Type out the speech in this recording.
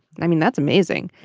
i mean that's amazing.